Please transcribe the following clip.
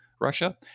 Russia